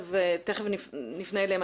תכף נפנה אליהם.